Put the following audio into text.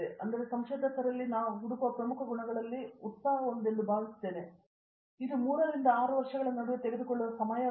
ಆದ್ದರಿಂದ ಸಂಶೋಧಕರಿಂದ ನಾವು ಹುಡುಕುವ ಪ್ರಮುಖ ಗುಣಗಳಲ್ಲಿ ಒಂದನ್ನು ನಾನು ಭಾವಿಸುತ್ತೇನೆ ಇದು 3 ರಿಂದ 6 ವರ್ಷಗಳ ನಡುವಿನ ತೆಗೆದುಕೊಳ್ಳುವ ಸಮಯವಲ್ಲ